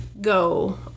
go